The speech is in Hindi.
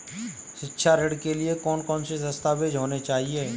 शिक्षा ऋण के लिए कौन कौन से दस्तावेज होने चाहिए?